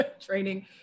training